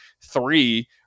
three